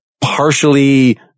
partially